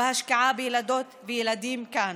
בהשקעה בילדות ובילדים כאן.